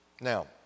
Now